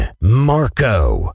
Marco